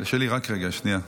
לי רק רגע, שנייה.